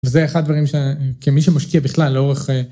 וזה אחד הדברים שכמי שמשקיע בכלל, לאורך